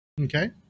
Okay